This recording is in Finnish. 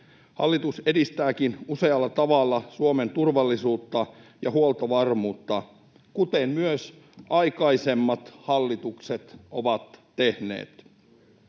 Hallitus edistääkin usealla tavalla Suomen turvallisuutta ja huoltovarmuutta, kuten myös aikaisemmat hallitukset ovat tehneet.